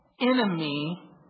enemy